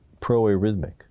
proarrhythmic